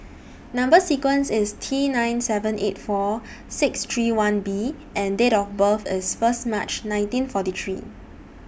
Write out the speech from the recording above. Number sequence IS T nine seven eight four six three one B and Date of birth IS First March nineteen forty three